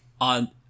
on